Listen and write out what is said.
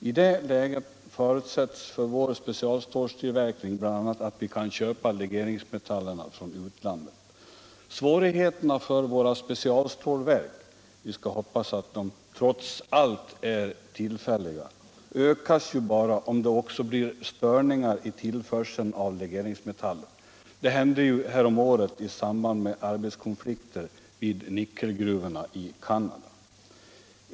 I det läget förutsätts för vår specialstålstillverkning bl.a. att vi kan köpa legeringsmetallerna från utlandet. Svårigheterna för våra specialstålverk — vi skall hoppas att problemen trots allt är tillfälliga — ökas ju bara om det också blir störningar i tillförseln av legeringsmetaller. Detta hände häromåret i samband med arbetskonflikter vid nickelgruvorna i Canada.